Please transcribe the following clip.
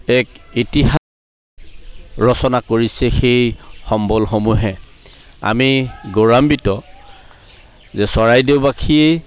এক ইতিহাস ৰচনা কৰিছে সেই সম্বলসমূহে আমি গৌৰাৱান্বিত যে চৰাইদেউবাসীয়ে